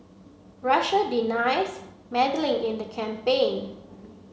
Russia denies meddling in the campaign